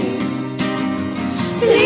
please